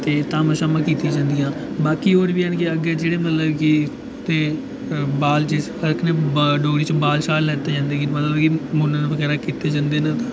ते धामां कीतियां जंदियां बाकी होर बी जेह्ड़े की ते डोगरी च बाल लैते जंदे की मतलब की मूनन बगैरा कीते जंदे न